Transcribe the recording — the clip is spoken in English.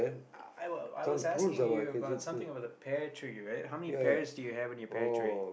I wa~ I was asking you about something about a pear tree right how many pears do you have on your pear tree